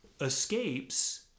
Escapes